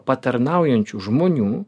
patarnaujančių žmonių